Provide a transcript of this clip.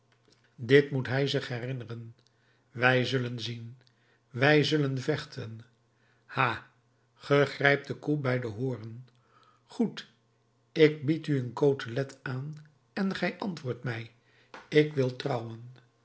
dit moet hij zich herinneren wij zullen zien wij zullen vechten ha ge grijpt de koe bij de hoornen goed ik bied u een kotelet aan en gij antwoordt mij ik wil trouwen